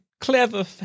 Clever